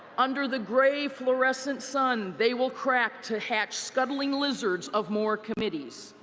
under the gray fluorescent sun, they will crack to hash scuttling lizards of more committees,